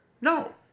No